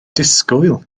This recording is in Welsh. disgwyl